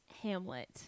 Hamlet